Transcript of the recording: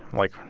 like,